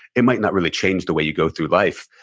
it might not really change the way you go through life.